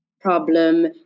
problem